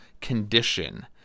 condition